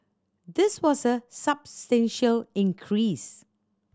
this was a substantial increase